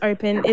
Open